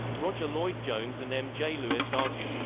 roger lloyd-jones and m. j. lewis argue